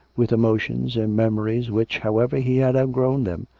with emotions and memories which, however he had outgrown them,